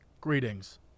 greetings